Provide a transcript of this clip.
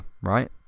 right